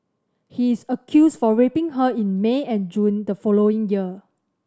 he is accused for raping her in May and June the following year